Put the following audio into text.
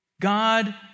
God